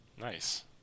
Nice